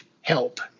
help